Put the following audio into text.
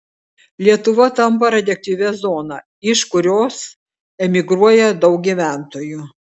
lietuva tampa radioaktyvia zona iš kurios emigruoja daug gyventojų